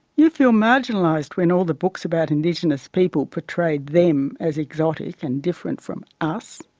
you feel marginalised when all the books about indigenous people portray them as exotic and different from us.